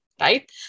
Right